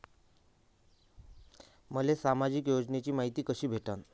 मले सामाजिक योजनेची मायती कशी भेटन?